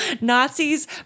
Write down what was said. Nazis